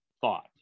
thought